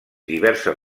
diverses